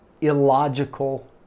illogical